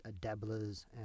dabblers